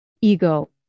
ego